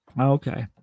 Okay